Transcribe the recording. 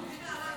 אדוני הסגן.